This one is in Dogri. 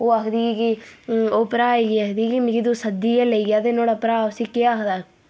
ओह् आखदी कि ओह् भ्राऽ गी आखदी कि मिगी तू सद्दियै लेई जां ते ओह्दा भ्राऽ उसी केह् आखदा